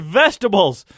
vegetables